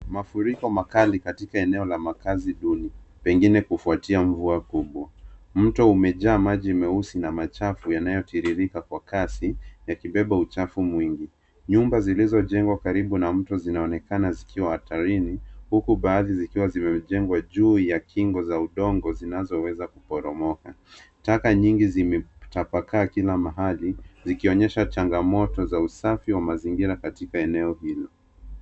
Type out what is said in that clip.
Mafuriko makali katika eneo la makazi duni pengine kufuatia mvua kubwa. Mto umejaa maji mieusi na machafu na yanayotiririka kwa kasi yakibeba uchafu mwingi. Nyumba zilizojengwa karibu na mto zinaonekana zikiwa hatarini huku baadhi zikiwa zimejengwa juu ya kingo za udongo, zinazoweza kuporomoka. Taka nyingi zimetapakaa kila mahali zikionyesha changamoto za usafi wa mazingira katika eneo hilo.